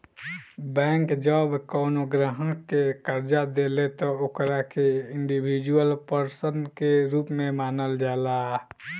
bank जब कवनो ग्राहक के कर्जा देले त ओकरा के इंडिविजुअल पर्सन के रूप में मानल जाला